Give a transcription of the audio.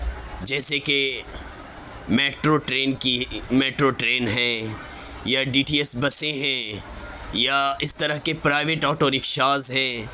جیسے کہ metro train کی میٹرو ٹرین ہیں یا ڈی ٹی ایس بسیں ہیں یا اس طرح کے پرائیویٹ آٹو رکشاز ہیں